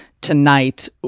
tonight